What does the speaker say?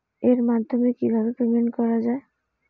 এর মাধ্যমে কিভাবে পেমেন্ট করা য়ায়?